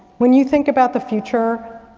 when you think about the future,